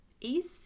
east